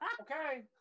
Okay